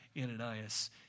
Ananias